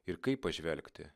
ir kaip pažvelgti